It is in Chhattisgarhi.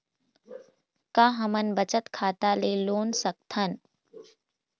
का हमन बचत खाता ले लोन सकथन?